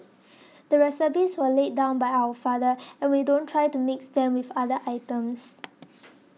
the recipes were laid down by our father and we don't try to mix them with other items